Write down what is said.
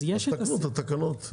תקנו את התקנות.